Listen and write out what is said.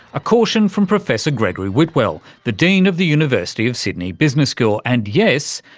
a caution from professor gregory whitwell, the dean of the university of sydney business school, and yes,